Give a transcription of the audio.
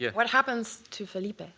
yeah what happens to felipe?